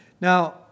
Now